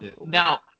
Now